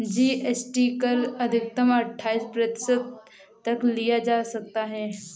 GST कर अधिकतम अठाइस प्रतिशत तक लिया जा सकता है